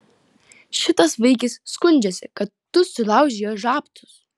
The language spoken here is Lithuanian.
šitas vaikis skundžiasi kad tu sulaužei jo žabtus